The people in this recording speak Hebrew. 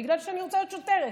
בגלל שאני רוצה להיות שוטרת.